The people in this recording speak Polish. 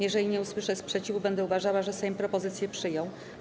Jeżeli nie usłyszę sprzeciwu, będę uważała, że Sejm propozycję przyjął.